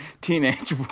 teenage